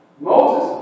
Moses